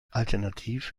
alternativ